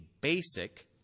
basic